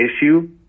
issue